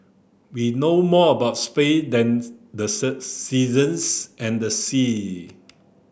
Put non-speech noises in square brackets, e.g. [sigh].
we know more about space than [unintelligible] the [unintelligible] seasons and the sea